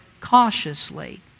cautiously